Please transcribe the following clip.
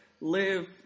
live